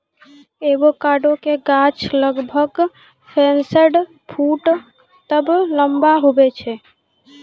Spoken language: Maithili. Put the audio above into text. एवोकाडो के गाछ लगभग पैंसठ फुट तक लंबा हुवै छै